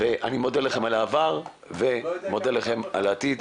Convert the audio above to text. אני מודה לכם על העבר ומודה לכם על העתיד.